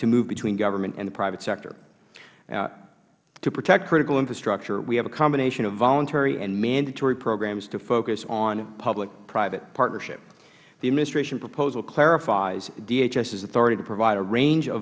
to move between government and the private sector to protect critical infrastructure we have a combination of voluntary and mandatory programs to focus on publicprivate partnerships the administration proposal clarifies dhs authority provide a range of